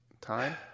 time